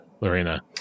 Lorena